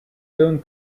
soon